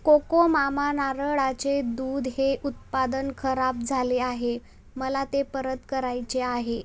Cocomama नारळाचे दूध हे उत्पादन खराब झाले आहे मला ते परत करायचे आहे